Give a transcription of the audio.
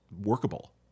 workable